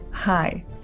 Hi